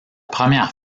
première